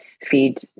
feed